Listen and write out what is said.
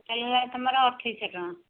ହେଇ ନିଅ ତମର ଅଠେଇଶ ଟଙ୍କା